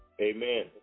amen